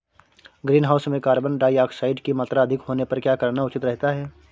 Greenhouse में carbon dioxide की मात्रा अधिक होने पर क्या करना उचित रहता है?